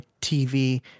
TV